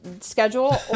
schedule